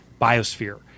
biosphere